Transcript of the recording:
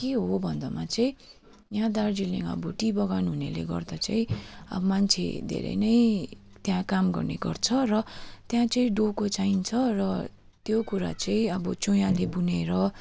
के हो भन्दामा चाहिँ यहाँ दार्जिलिङ अब टी बगान हुनेले गर्दा चाहिँ अब मान्छे धेरै नै त्यहाँ काम गर्ने गर्छ र त्यहाँ चाहिँ डोको चाहिन्छ र त्यो कुरा चाहिँ अब चोयाले बुनेर